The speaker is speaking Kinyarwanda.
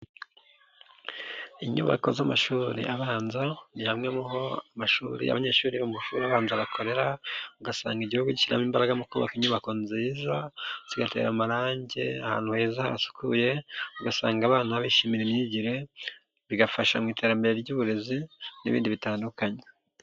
Inyubako z'amashuri abanza ni hamwe mu amashuri abanyeshuri mu mashuri abanza bakorera, ugasanga igihugu gishyiramo imbaraga mu kubaka inyubako nziza, zigatera amarangi ahantu heza hasukuye, ugasanga abana bishimira imyigire, bigafasha mu iterambere ry'uburezi n'ibindi bitandukanye.